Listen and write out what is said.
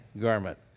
garment